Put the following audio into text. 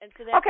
Okay